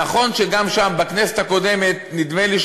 נכון שגם שם, בכנסת הקודמת, נדמה לי,